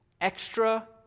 extra